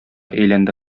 әйләнде